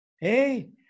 Hey